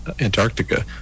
Antarctica